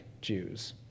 Jews